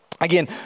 Again